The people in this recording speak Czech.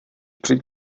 při